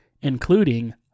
including